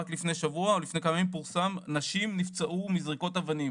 רק לפני שבוע או לפני כמה ימים פורסם שנשים שנפצעו מזריקות אבנים